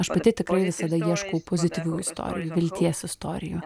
aš pati tikrai visada ieškau pozityvių istorijų vilties istorijų